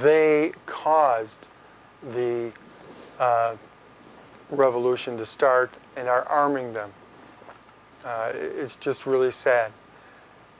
they caused the revolution to start and are arming them it's just really sad